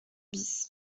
bis